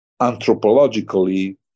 anthropologically